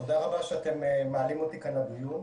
תודה רבה שאתם מעלים אותי כאן לדיון,